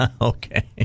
okay